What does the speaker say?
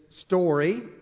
story